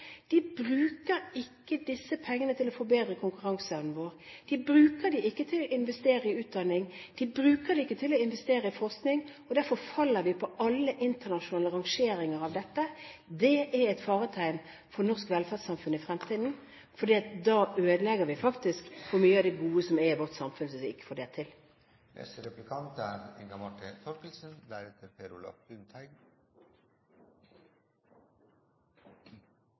ikke bruker disse pengene til å forbedre konkurranseevnen vår, de bruker dem ikke til å investere i utdanning, de bruker dem ikke til å investere i forskning, og derfor faller vi på alle internasjonale rangeringer når det gjelder dette. Det er et faretegn for det norske velferdssamfunnet i fremtiden. Vi ødelegger faktisk for mye av det gode som er i vårt samfunn, hvis vi ikke får det til. Et annet viktig politikkområde som Høyre har sagt at de er